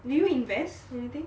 do you invest in anything